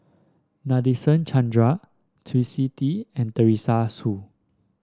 Nadasen Chandra Twisstii and Teresa Hsu